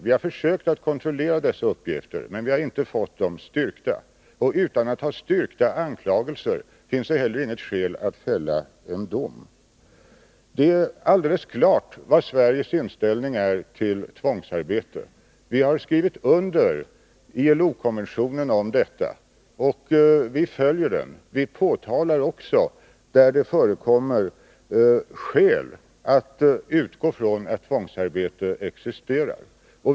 Vi har försökt kontrollera dessa uppgifter, men vi har inte fått dem styrkta. Och utan att ha styrkta anklagelser finns det heller inget skäl att fälla en dom. Det är alldeles klart vilken Sveriges inställning är till tvångsarbete. Vi har skrivit under ILO-konventionen om detta, och vi följer den. Vi påtalar också när det föreligger skäl att utgå från att tvångsarbete existerar.